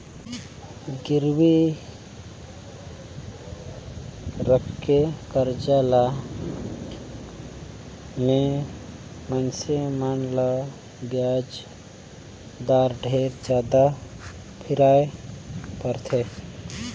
गिरवी राखके करजा ले मे मइनसे मन ल बियाज दर ढेरे जादा फिराय परथे